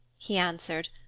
he answered,